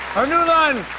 her new line,